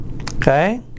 Okay